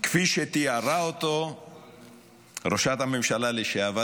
כפי שתיארה אותו ראשת הממשלה לשעבר,